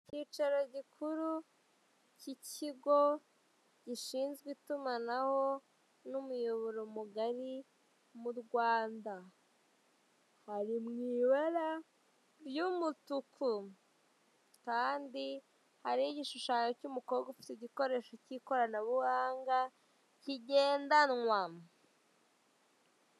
Icyicaro gikuru cy'ikigo gishinzwe itumanaho n'umuyoboro mugari mu Rwanda, hari mubara ry'umutuku kandi hariho igishushanyo cy'umukobwa ufite igikoresho cy'ikoranabuhanga kigendanwa.